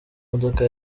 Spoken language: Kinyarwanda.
modoka